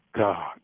God